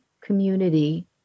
community